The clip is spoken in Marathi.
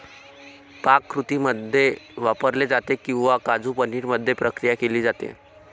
पाककृतींमध्ये वापरले जाते किंवा काजू पनीर मध्ये प्रक्रिया केली जाते